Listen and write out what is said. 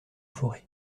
forez